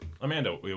Amanda